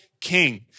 king